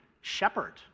shepherd